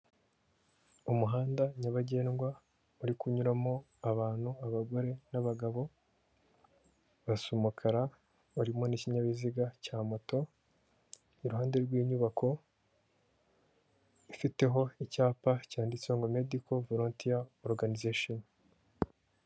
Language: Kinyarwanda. Umuhanda nyabagendwa uri kunyuramo abantu; abagore n'abagabo, basa umukara, barimo n'ikinyabiziga cya moto, iruhande rw'inyubako ifiteho icyapa cyanditseho ngo Medical volunteer organization.